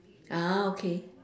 a'ah okay